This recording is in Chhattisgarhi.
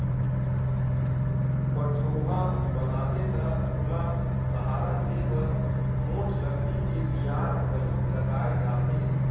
पठउहाँ बनाबे त ओला सहारा देय बर मोठ लकड़ी के मियार घलोक लगाए जाथे